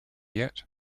yet